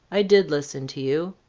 i did listen to you.